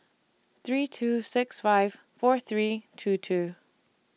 three two six five four three two two